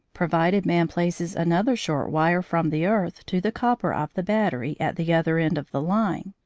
provided man places another short wire from the earth to the copper of the battery at the other end of the line.